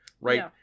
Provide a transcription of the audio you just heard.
right